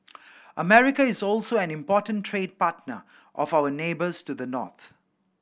America is also an important trade partner of our neighbours to the north